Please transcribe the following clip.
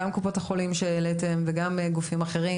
גם קופות החולים שהעליתם וגם גופים אחרים.